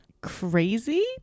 Crazy